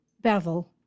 Bevel